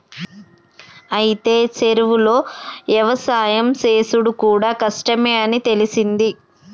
అయితే చెరువులో యవసాయం సేసుడు కూడా కష్టమే అని తెలిసింది